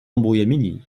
embrouillamini